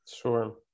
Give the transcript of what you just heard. Sure